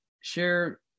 share